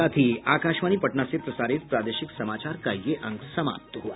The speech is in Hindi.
इसके साथ ही आकाशवाणी पटना से प्रसारित प्रादेशिक समाचार का ये अंक समाप्त हुआ